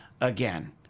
again